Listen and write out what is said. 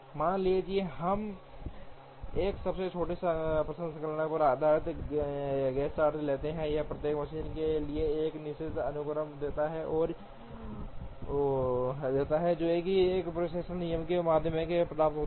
मान लीजिए हम एक सबसे छोटा प्रसंस्करण समय आधारित गैंट चार्ट लेते हैं तो यह प्रत्येक मशीन के लिए एक निश्चित अनुक्रम देता है जो एक प्रेषण नियम के माध्यम से प्राप्त होता है